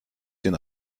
den